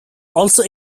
also